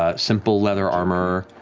ah simple leather armor.